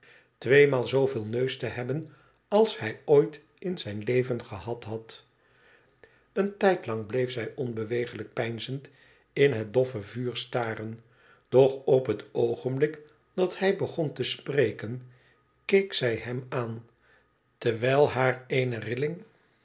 tweemaal zooveel neus te hebben als hij ooit in zijn levai gehad had een tijdlang bleef zij onbeweeglijk peinzend in het doffe vuur staren dochophetoogenblik dat hij begon te spreken keek zij hem aan terwijl haar eene rilling